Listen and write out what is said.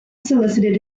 solicited